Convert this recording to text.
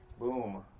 Boom